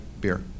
beer